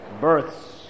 births